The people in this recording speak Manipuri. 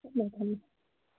ꯊꯝꯃꯦ ꯊꯝꯃꯦ